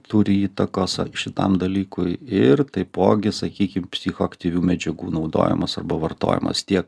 turi įtakos šitam dalykui ir taipogi sakykim psichoaktyvių medžiagų naudojimas arba vartojamos tiek